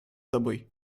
тобой